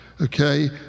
okay